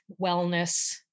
wellness